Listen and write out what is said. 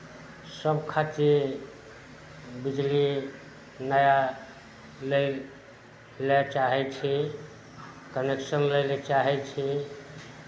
सभ खातिर बिजली नया लै लेल चाहै छी कनेक्शन लै लेल चाहै छी